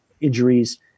injuries